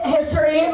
History